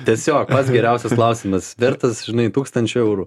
tiesiog pats geriausias klausimas vertas žinai tūkstančio eurų